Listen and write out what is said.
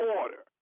order